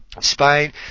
Spain